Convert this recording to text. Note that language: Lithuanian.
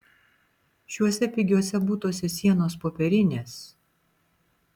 šiuose pigiuose butuose sienos popierinės